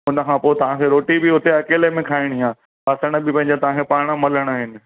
उनखां पोइ तव्हां रोटी बि हुते अकेले में खाइणी आहे ॿासण बि पंहिंजा तव्हांखे पाण मलणा आहिनि